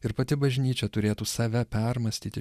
ir pati bažnyčia turėtų save permąstyti